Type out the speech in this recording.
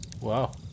Wow